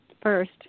first